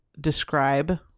describe